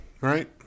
right